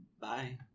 Bye